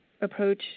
approach